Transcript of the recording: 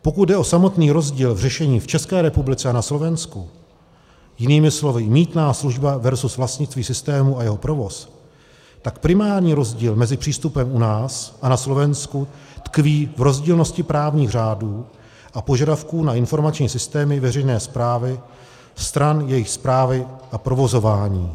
Pokud jde o samotný rozdíl v řešení v České republice a na Slovensku, jinými slovy mýtná služba versus vlastnictví systému a jeho provoz, tak primární rozdíl mezi přístupem u nás a na Slovensku tkví v rozdílnosti právních řádů a požadavků na informační systémy veřejné správy stran jejich správy a provozování.